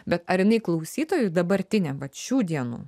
bet ar jinai klausytojui dabartiniam vat šių dienų